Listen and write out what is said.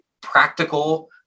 practical